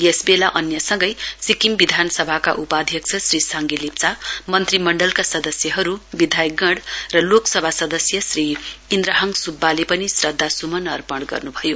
यसबेला अन्य सँगै सिक्किम विधानसभाका उपाध्यक्ष श्री साङ्गे लेप्चा मन्त्रीमण्डलका सदस्यहरू विधायकगण र लोकसभा सदस्य श्री इन्द्रहाङ सुब्बाले पनि श्रद्धासुमन अर्पण गर्नुभयो